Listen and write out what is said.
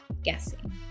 guessing